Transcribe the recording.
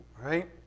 right